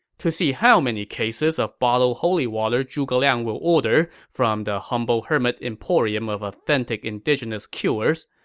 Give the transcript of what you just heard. to see how many cases of bottled holy water zhuge liang will order from the humble hermit emporium of authentic indigenous cures,